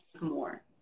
more